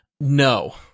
No